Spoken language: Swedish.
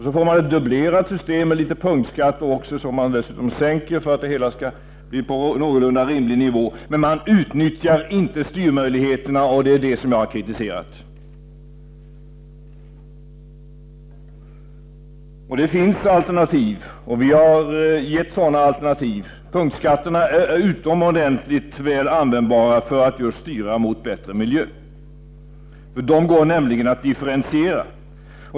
Så får man ett dubblerat system, med litet punktskatter, som man dessutom sänker för att det hela skall komma på en någorlunda rimlig nivå. Men man utnyttjar inte styrmöjligheterna, och det är det som jag har kritiserat. Det finns alternativ, och vi har angett sådana. Punktskatterna är utomordentligt användbara för att just styra mot bättre miljö — de går nämligen att differentiera.